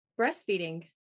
Breastfeeding